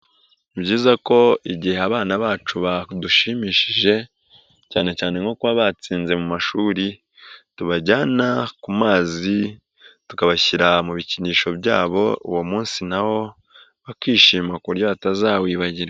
Ni byiza ko igihe abana bacu badushimishije cyane cyane nko kuba batsinze mu mashuri tubajyana ku mazi tukabashyira mu bikinisho byabo uwo munsi na wo bakishima ku buryo batazawibagirwa.